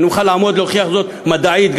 אני יכול לעמוד ולהוכיח זאת גם מדעית,